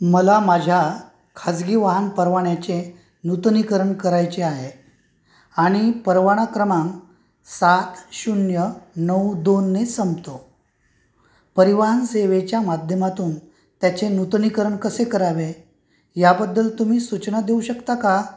मला माझ्या खाजगी वाहन परवान्याचे नूतनीकरण करायचे आहे आणि परवाना क्रमांक सात शून्य नऊ दोनने संपतो परिवहन सेवेच्या माध्यमातून त्याचे नूतनीकरण कसे करावे याबद्दल तुम्ही सूचना देऊ शकता का